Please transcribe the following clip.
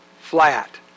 flat